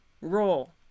role